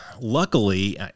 luckily